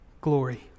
glory